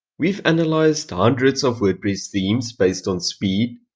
we've analyzed hundreds of wordpress themes based on speed,